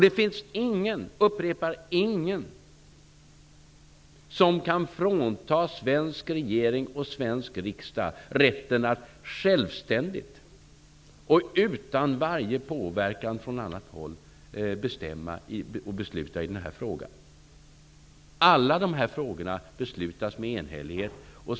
Det finns ingen -- jag upprepar, ingen -- som kan frånta svensk regering och svensk riksdag rätten att självständigt och utan varje påverkan från annat håll besluta i denna fråga. I alla dessa frågor fattas beslut med enhällighet.